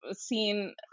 seen